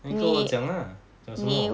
你跟我讲啦讲什么